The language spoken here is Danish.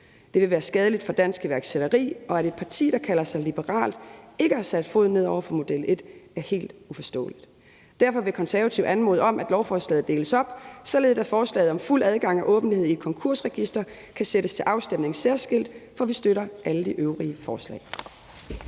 Det vil være skadeligt for dansk iværksætteri, og at et parti, der kalder sig liberalt, ikke har sat foden ned over for model et, er helt uforståeligt. Derfor vil Konservative anmode om, at lovforslaget deles op, således at forslaget om fuld adgang og åbenhed i et konkursregister kan sættes til afstemning særskilt, for vi støtter alle de øvrige forslag.